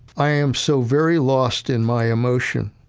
i am so very lost in my emotion